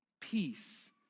peace